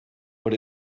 but